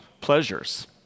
pleasures